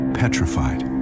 petrified